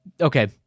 okay